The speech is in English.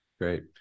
Great